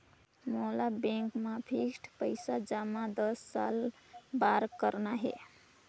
मोला बैंक मा फिक्स्ड पइसा जमा दस साल बार करना हे?